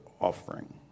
offering